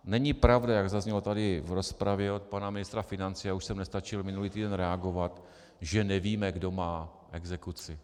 Není pravda, jak zaznělo tady v rozpravě od pana ministra financí, už jsem nestačil minulý týden reagovat, že nevíme, kdo má exekuci.